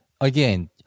again